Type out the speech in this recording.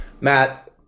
Matt